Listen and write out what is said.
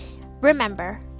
Remember